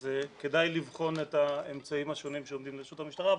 אז כדאי לבחון את האמצעים השונים שעומדים לרשות המשטרה,